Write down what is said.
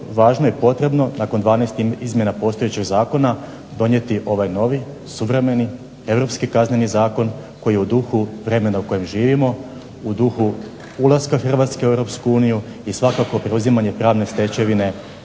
važno i potrebno nakon 12 izmjena postojećeg Zakona, donijeti ovaj novi, Europski, suvremeni kazneni zakon koji je u duhu vremena u kojem živimo u duhu ulaska Hrvatske u europsku uniju i svakako preuzimanje pravne stečevine